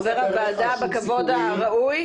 חבר ועדה בכבוד הראוי.